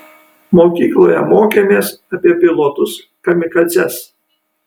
mokykloje mokėmės apie pilotus kamikadzes